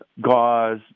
gauze